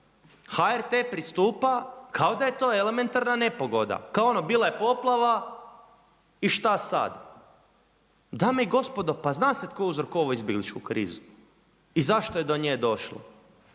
HRT pristupa kao da je to elementarna nepogoda. Kao ono bila je poplava i šta sada. Dame i gospodo pa zna se tko je uzrokovao izbjegličku krizu i zašto je do nje došlo